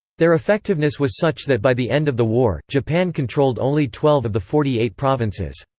their effectiveness was such that by the end of the war, japan controlled only twelve of the forty-eight provinces.